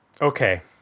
okay